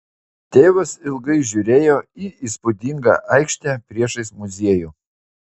tėvas ilgai žiūrėjo į įspūdingą aikštę priešais muziejų